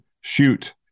shoot